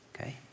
okay